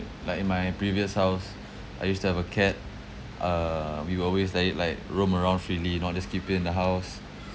like in my previous house I used to have a cat uh we will always let it like roam around freely you know just keep it in the house